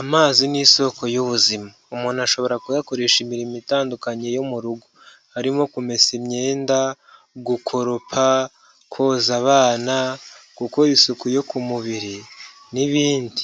Amazi ni isoko y'ubuzima! Umuntu ashobora kuyakoresha imirimo itandukanye yo mu rugo. Harimo kumesa imyenda, gukoropa, koza abana, gukora isuku yo ku mubiri, n'ibindi.